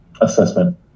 assessment